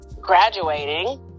graduating